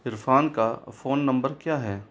इरफ़ान का phone number क्या है